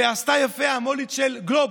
ועשתה יפה המו"לית של גלובס,